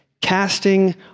Casting